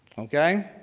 okay?